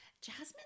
jasmine